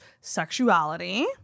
Sexuality